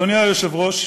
אדוני היושב-ראש,